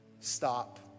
stop